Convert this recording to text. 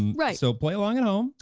right. so play along at home.